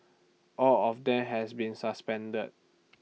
all of them has been suspended